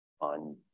on